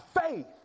faith